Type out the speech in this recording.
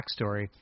backstory